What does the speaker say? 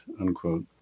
unquote